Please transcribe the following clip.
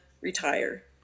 retire